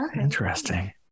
interesting